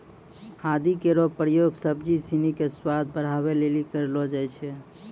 आदि केरो प्रयोग सब्जी सिनी क स्वाद बढ़ावै लेलि कयलो जाय छै